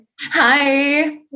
Hi